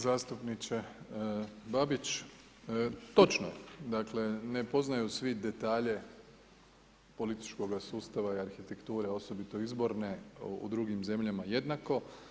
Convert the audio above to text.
Zastupniče Babić, točno je, dakle ne poznaju svi detalje političkoga sustava i arhitekture, osobito izborne u drugim zemljama jednako.